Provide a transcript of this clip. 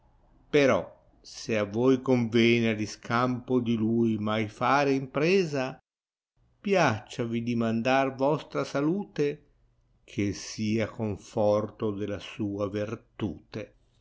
però se a voi con vene ad iscampo di lui mai fare impresa piacciavi di mandar vostra salute che sia conforto della sua vertute